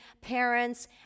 parents